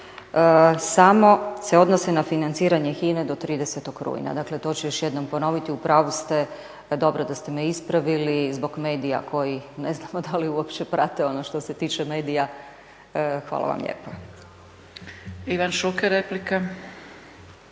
samo se odnosi na financiranje HINA-e do 30. rujna. Dakle to ću još jednom ponoviti, u pravu ste, dobro da ste me ispravili, zbog medija koji ne znamo da li uopće prate ono što se tiče medija. Hvala vam lijepa. **Zgrebec, Dragica